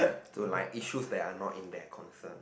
to like issues that are not in their concern